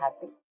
happy